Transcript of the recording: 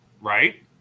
right